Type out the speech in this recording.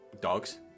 dogs